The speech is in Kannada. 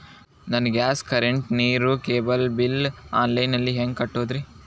ನನ್ನ ಗ್ಯಾಸ್, ಕರೆಂಟ್, ನೇರು, ಕೇಬಲ್ ಬಿಲ್ ಆನ್ಲೈನ್ ನಲ್ಲಿ ಹೆಂಗ್ ಕಟ್ಟೋದ್ರಿ?